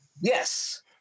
yes